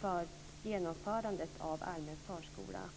för genomförandet av allmän förskola.